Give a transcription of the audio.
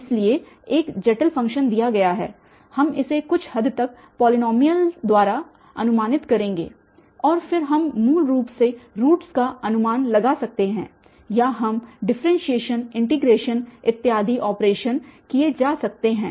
इसलिए एक जटिल फ़ंक्शन दिया गया है हम इसे कुछ हद तक पॉलीनॉमियल द्वारा अनुमानित करेंगे और फिर हम मूल रूप से रूट्स का अनुमान लगा सकते हैं या हम डिफरेंसिएशन इन्टीग्रेशन इत्यादि ऑपरेशन किए जा सकते है